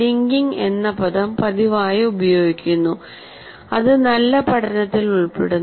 linking എന്ന പദം പതിവായി ഉപയോഗിക്കുന്നു അത് നല്ല പഠനത്തിൽ ഉൾപ്പെടുന്നു